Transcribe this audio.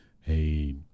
hey